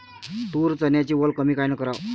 तूर, चन्याची वल कमी कायनं कराव?